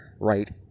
right